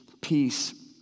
peace